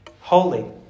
holy